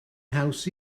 haws